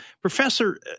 Professor